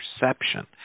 perception